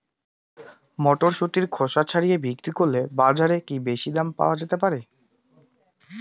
মটরশুটির খোসা ছাড়িয়ে বিক্রি করলে বাজারে কী বেশী দাম পাওয়া যেতে পারে?